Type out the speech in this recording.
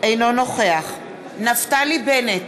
אינו נוכח נפתלי בנט,